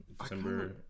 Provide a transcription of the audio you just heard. December